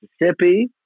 Mississippi